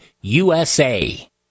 USA